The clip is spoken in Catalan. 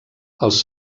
els